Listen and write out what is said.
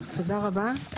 אז תודה רבה.